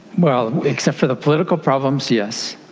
well, except to the political problems, yes.